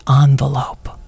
envelope